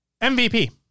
MVP